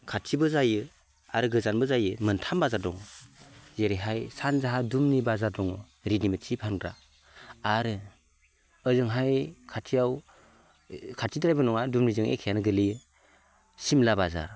खाथिबो जायो आरो गोजानबो जायो मोनथाम बाजार दं जेरैहाय सानजाहा दुमनि बाजार दङ रेदिमेड सि फानग्रा आरो ओजोंहाय खाथियाव खाथिद्रायबो नङा दुमनिजों एखेआनो गोग्लैयो सिमला बाजार